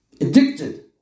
Addicted